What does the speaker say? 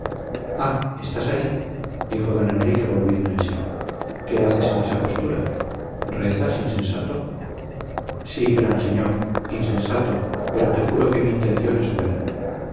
estás ahí dijo don enrique volviendo en sí qué haces en esa postura rezas insensato sí gran señor insensato pero te juro que mi intención es buena